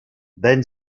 then